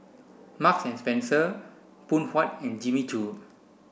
Marks and Spencer Phoon Huat and Jimmy Choo